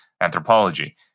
anthropology